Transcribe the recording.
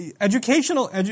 educational